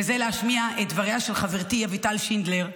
וזה להשמיע את דבריה של חברתי אביטל שינדלר,